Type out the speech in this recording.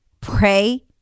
Pray